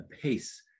pace